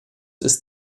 ist